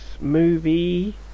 movie